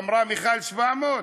אמרה מיכל 700,